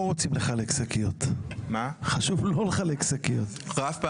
תודה,